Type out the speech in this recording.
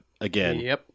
again